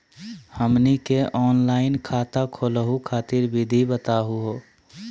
हमनी के ऑनलाइन खाता खोलहु खातिर विधि बताहु हो?